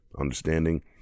understanding